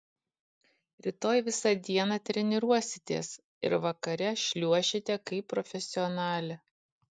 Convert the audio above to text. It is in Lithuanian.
rytoj visą dieną treniruositės ir vakare šliuošite kaip profesionalė